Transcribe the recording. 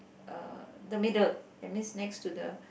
uh the middle that means next to the